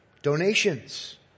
donations